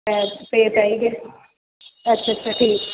ਪੈ ਪੇ ਪੈ ਹੀ ਗਏ ਅੱਛਾ ਅੱਛਾ ਠੀਕ